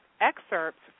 excerpts